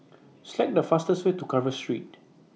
Select The fastest Way to Carver Street